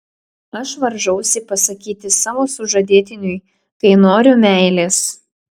aš varžausi pasakyti savo sužadėtiniui kai noriu meilės